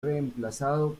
reemplazado